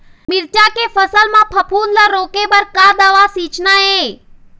मिरचा के फसल म फफूंद ला रोके बर का दवा सींचना ये?